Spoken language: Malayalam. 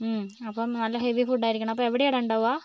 അപ്പോൾ നല്ല ഹെവീ ഫുഡായിരിക്കണം അപ്പോൾ എവിടെയാടാ ഉണ്ടാവുക